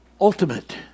ultimate